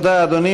תודה, אדוני.